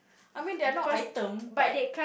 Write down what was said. I mean they're not item but